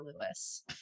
Lewis